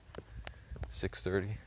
6.30